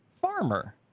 farmer